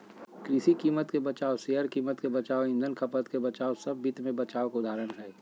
कृषि कीमत के बचाव, शेयर कीमत के बचाव, ईंधन खपत के बचाव सब वित्त मे बचाव के उदाहरण हय